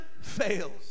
fails